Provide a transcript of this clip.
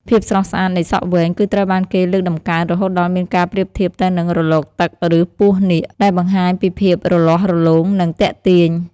ភាពស្រស់ស្អាតនៃសក់វែង គឺត្រូវបានគេលើកតម្កើងរហូតដល់មានការប្រៀបធៀបទៅនឹង រលកទឹក ឬពស់នាគ ដែលបង្ហាញពីភាពរលាស់រលោង និងទាក់ទាញ។